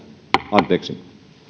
anteeksi